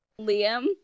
Liam